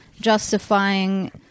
justifying